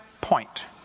point